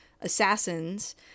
assassins